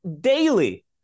daily